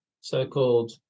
so-called